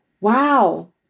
wow